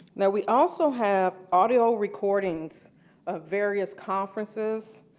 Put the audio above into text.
now, we also have audio recordings of various conferences,